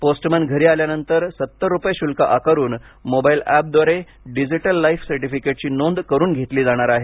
postman घरी आल्यानंतर सत्तर रुपये शुल्क आकारून मोबाईल ऍपव्दारे डिजिटल लाईफ सर्टीफिकेटची नोंद करून घेतली जाणार आहे